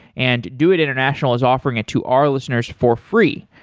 and doit international is offering it to our listeners for free.